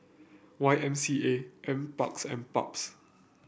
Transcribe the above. Y M C A NParks and PUBS